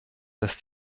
dass